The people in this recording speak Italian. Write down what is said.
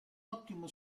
ottimo